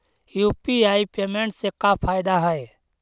UPI payment से का फायदा है?